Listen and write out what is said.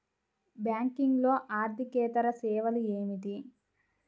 బ్యాంకింగ్లో అర్దికేతర సేవలు ఏమిటీ?